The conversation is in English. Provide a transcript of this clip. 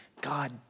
God